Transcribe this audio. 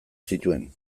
zituen